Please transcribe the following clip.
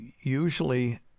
usually